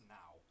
now